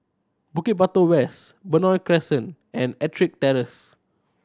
Bukit Batok West Benoi Crescent and Ettrick Terrace